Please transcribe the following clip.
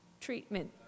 treatment